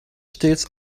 stets